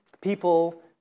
people